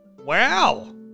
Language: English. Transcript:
Wow